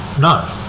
No